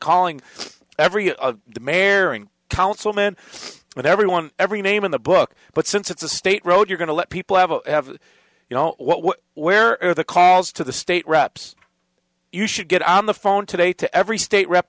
calling every a meringue councilmen and everyone every name in the book but since it's a state road you're going to let people have a have you know what where are the calls to the state reps you should get on the phone today to every state rep